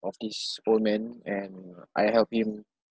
of this old man and I helped him